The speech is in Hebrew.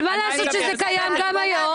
אבל מה לעשות שזה קיים גם היום?